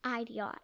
Idiot